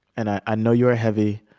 and i i know you are heavy,